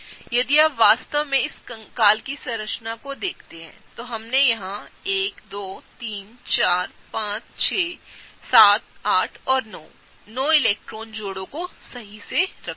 यदि आप वास्तव में इस कंकाल की संरचना को देखते हैं तो हमने 1 2 3 4 5 6 7 8 9 इलेक्ट्रॉन जोड़े सही का ख्याल रखा है